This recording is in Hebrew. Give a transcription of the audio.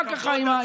כשאתה משקר.